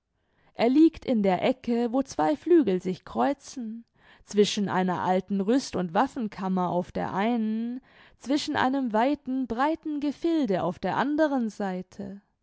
er liegt in der ecke wo zwei flügel sich kreuzen zwischen einer alten rüst und waffenkammer auf der einen zwischen einem weiten breiten gefilde auf der andern seite